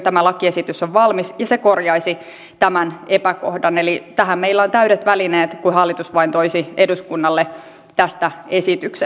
tämä lakiesitys on valmis ja se korjaisi tämän epäkohdan eli tähän meillä on täydet välineet kun hallitus vain toisi eduskunnalle tästä esityksen